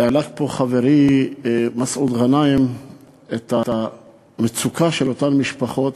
העלה פה חברי מסעוד גנאים את המצוקה של אותן משפחות.